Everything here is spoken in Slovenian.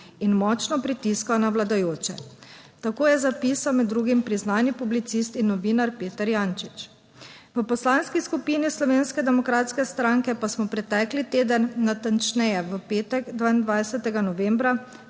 in močno pritiska na vladajoče. Tako je zapisal med drugim priznani publicist in novinar Peter Jančič. V Poslanski skupini Slovenske demokratske stranke pa smo pretekli teden, natančneje v petek 22. novembra,